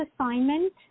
assignment